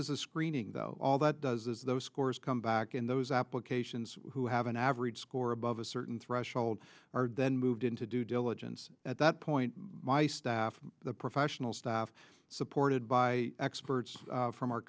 is a screening all that does is those scores come back in those applications who have an average score above a certain threshold are then moved into due diligence at that point my staff the professional staff supported by experts from our